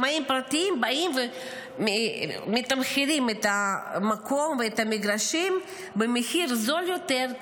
שמאים פרטיים באים ומתמחרים את המקום ואת המגרשים במחיר זול יותר,